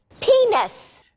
Penis